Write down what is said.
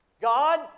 God